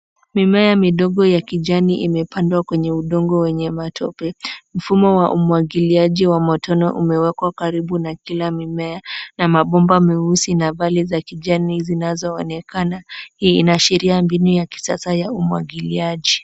Mimea midogo ya kijani imepandwa kwenye udongo wenye matope. Mfumo wa umwagiliaji wa matone umewekwa karibu na kila mimea na mabomba meusi na vali za kijani zinazoonekana, hii inaashiria mbinu ya kisasa ya umwagiliaji.